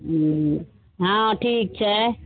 हूँ हँ ठीक छै